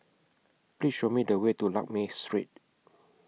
Please Show Me The Way to Lakme Street